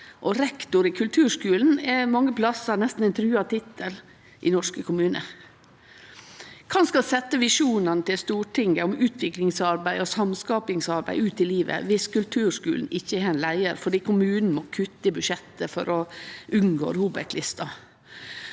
rektor i kulturskulen er mange plassar nesten ein truga tittel i norske kommunar. Kven skal setje Stortingets visjonar om utviklingsarbeid og samskapingsarbeid ut i livet viss kulturskulen ikkje har ein leiar fordi kommunen må kutte i budsjettet for å unngå å kome